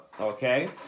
Okay